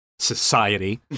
society